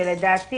ובאמת,